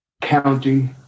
county